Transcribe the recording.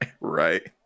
Right